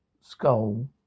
skull